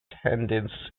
attendance